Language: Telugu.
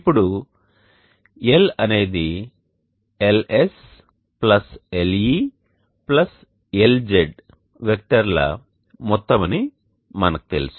ఇప్పుడు L అనేది LSLELZ వెక్టర్ ల మొత్తమని మనకు తెలుసు